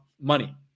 money